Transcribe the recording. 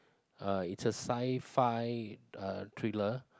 uh it's a sci-fi thriller